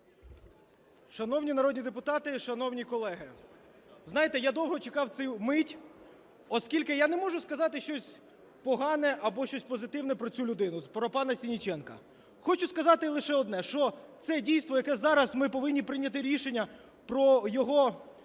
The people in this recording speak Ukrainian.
Шановні народні депутати і шановні колеги! Знаєте, я довго чекав цю мить, оскільки я не можу сказати щось погане або щось позитивне про цю людину – про пана Сенниченка. Хочу сказати лише одне, що це дійство, яке зараз ми повинні прийняти рішення про його